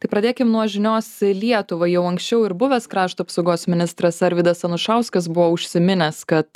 tai pradėkim nuo žinios lietuvai jau anksčiau ir buvęs krašto apsaugos ministras arvydas anušauskas buvo užsiminęs kad